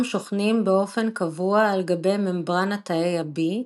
שוכנים באופן קבוע על-גבי ממברנת תאי ה-B,